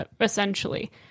essentially